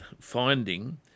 finding